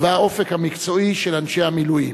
והאופק המקצועי של אנשי המילואים.